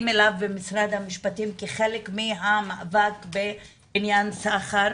אל הנושא במשרד המשפטים כחלק מהמאבק בעניין סחר,